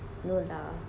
no lah